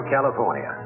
California